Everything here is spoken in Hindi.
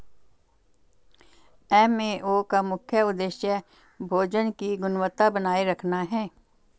एफ.ए.ओ का मुख्य उदेश्य भोजन की गुणवत्ता बनाए रखना है